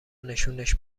نشونش